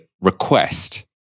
request